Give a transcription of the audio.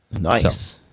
Nice